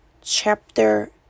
chapter